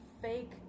fake